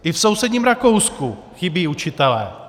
I v sousedním Rakousku chybí učitelé.